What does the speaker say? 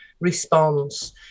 response